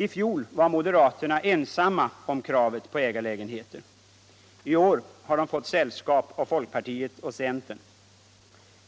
I fjol var moderaterna ensamma om kravet på ägarlägenheter. I år har de fått sällskap av folkpartiet och centern.